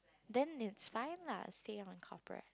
then it's fine lah stay on corporate